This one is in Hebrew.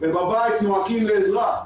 ובבית נואקים לעזרה.